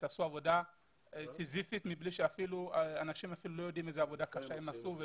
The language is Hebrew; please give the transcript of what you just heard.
הם עשו עבודה סיזיפית ואנשים אפילו לא יודעים איזו עבודה קשה הם עשו.